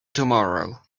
tomorrow